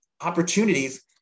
opportunities